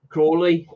Crawley